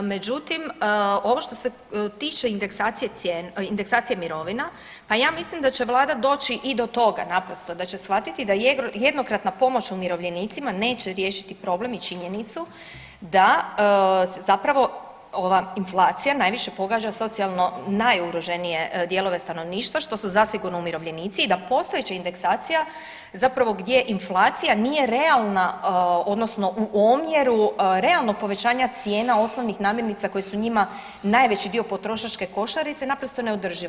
Međutim, ovo što se tiče indeksacije mirovina, pa ja mislim da će Vlada doći i do toga, naprosto da će shvatiti da jednokratna pomoć umirovljenicima neće riješiti problem i činjenicu da se zapravo ova inflacija najviše pogađa socijalno najugroženije dijelove stanovništva što su zastigurno umirovljenici i da postojeća indeksacija zapravo gdje inflacija nije realna odnosno u omjeru realnog povećanja cijena osnovnih namirnica koje su njima najveći dio potrošačke košarice naprosto neodrživo.